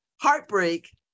heartbreak